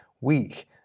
weak